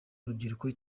urubyiruko